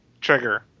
trigger